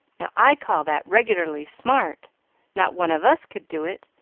now, i call that regularly smart not one of us could do it,